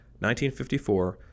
1954